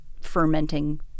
fermenting